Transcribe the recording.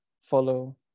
follow